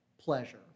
pleasure